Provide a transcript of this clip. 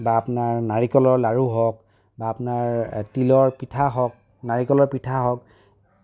বা আপোনাৰ নাৰিকলৰ লাড়ু হওক বা আপোনাৰ তিলৰ পিঠা হওক নাৰিকলৰ পিঠা হওক